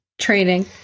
training